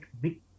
big